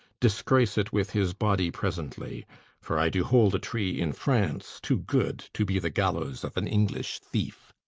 disgrace it with his body presently for i do hold a tree in france too good to be the gallows of an english thief.